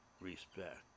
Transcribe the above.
respect